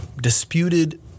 disputed